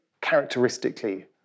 characteristically